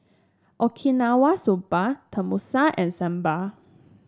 Okinawa Soba Tenmusu and Sambar